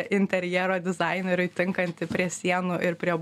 interjero dizaineriui tinkantį prie sienų ir prie